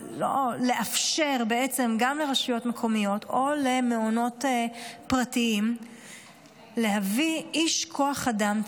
למעשה לאפשר גם לרשויות מקומיות או למעונות פרטיים להביא איש כוח אדם,